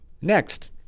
Next